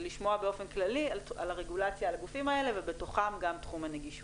לשמוע באופן כללי על הרגולציה על הגופים האלה ובתוכם גם תחום הנגישות.